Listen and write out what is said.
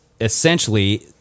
essentially